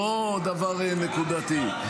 לא דבר נקודתי.